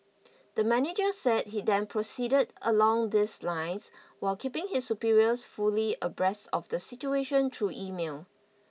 the manager said he then proceeded along these lines while keeping his superiors fully abreast of the situation through email